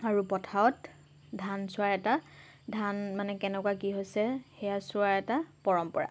আৰু পথাৰত ধান চোৱাৰ এটা ধান মানে কেনেকুৱা কি হৈছে সেয়া চোৱাৰ এটা পৰম্পৰা